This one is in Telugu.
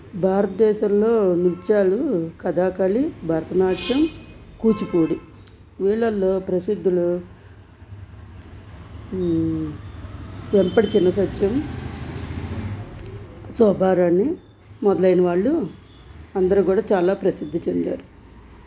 భారత్దేశంలో నృత్యాలు కథాకళి భరతనాట్యం కూచిపూడి వీళ్ళల్లో ప్రసిద్ధులు వెంపటి చిన్నసత్యం శోభారాణి మొదలైనవాళ్ళు అందరూ కూడా చాలా ప్రసిద్ధి చెందారు